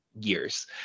years